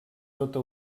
tota